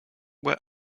were